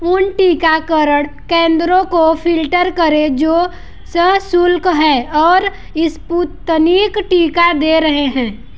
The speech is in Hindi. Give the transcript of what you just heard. उन टीकाकरण केंद्रों को फ़िल्टर करें जो सशुल्क हैं और स्पुतनिक टीका दे रहे हैं